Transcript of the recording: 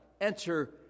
enter